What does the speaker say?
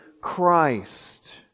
Christ